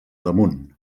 damunt